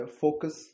focus